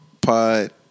pod